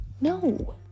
no